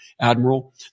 admiral